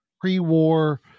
pre-war